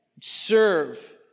serve